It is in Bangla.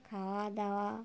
খাওয়া দাওয়া